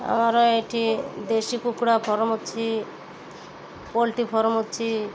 ଆମର ଏଇଠି ଦେଶୀ କୁକୁଡ଼ା ଫାର୍ମ ଅଛି ପୋଲଟ୍ରି ଫାର୍ମ ଅଛି